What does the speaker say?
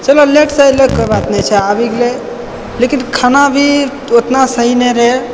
चलो लेटसँ एलै कोई बात नहि छै आबि गेलै लेकिन खाना भी ओतना सही नहि रहै